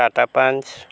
Tata punch